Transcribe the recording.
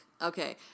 Okay